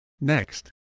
Next